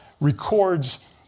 records